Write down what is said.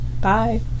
Bye